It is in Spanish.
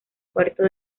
puerto